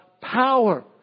power